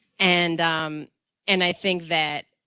and um and i think that,